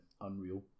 Unreal